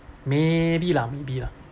maybe lah maybe lah